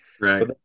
Right